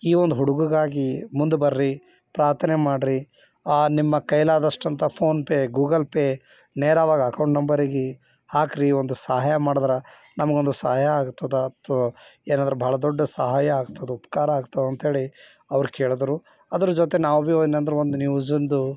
ಈ ಒಂದು ಹುಡುಗಗಾಗಿ ಮುಂದೆ ಬರ್ರಿ ಪ್ರಾರ್ಥನೆ ಮಾಡಿರಿ ಆ ನಿಮ್ಮ ಕೈಲಾದಷ್ಟುಂತ ಫೋನ್ ಪೇ ಗೂಗಲ್ ಪೇ ನೇರವಾಗಿ ಅಕೌಂಟ್ ನಂಬರಿಗೆ ಹಾಕಿರಿ ಒಂದು ಸಹಾಯ ಮಾಡಿದ್ರೆ ನಮಗೊಂದು ಸಹಾಯ ಆಗುತ್ತದೆ ಏನಾದ್ರು ಬಹಳ ದೊಡ್ಡ ಸಹಾಯ ಆಗ್ತದೆ ಉಪಕಾರ ಆಗ್ತದಂಥೇಳಿ ಅವ್ರು ಕೇಳಿದ್ರು ಅದರ ಜೊತೆ ನಾವು ಭೀ ಏನಂದ್ರೆ ಒಂದು ನ್ಯೂಸಿಂದು